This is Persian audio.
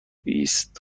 بیست